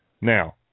Now